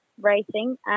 racing